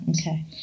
Okay